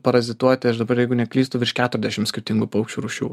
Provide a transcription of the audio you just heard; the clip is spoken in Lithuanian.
parazituoti aš dabar jeigu neklystu virš keturiasdešim skirtingų paukščių rūšių